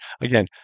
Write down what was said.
again